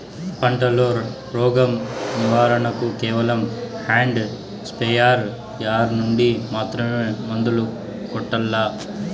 పంట లో, రోగం నివారణ కు కేవలం హ్యాండ్ స్ప్రేయార్ యార్ నుండి మాత్రమే మందులు కొట్టల్లా?